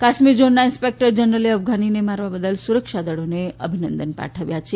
કાશ્મીર ઝોનના ઇન્સપેક્ટર જનરલે અફઘાનીને મારવા બદલ સુરક્ષા દળોને અભિનંદન પાઠવ્યા છે